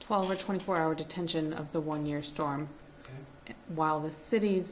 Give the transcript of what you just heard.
twelve or twenty four hour detention of the one year storm whil